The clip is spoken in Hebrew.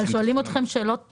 אבל שואלים אתכם שאלות תוכן,